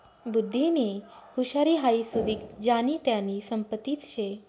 बुध्दीनी हुशारी हाई सुदीक ज्यानी त्यानी संपत्तीच शे